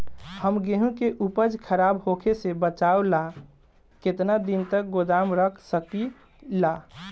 हम गेहूं के उपज खराब होखे से बचाव ला केतना दिन तक गोदाम रख सकी ला?